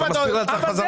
אתה מסביר לי בחזרה?